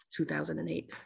2008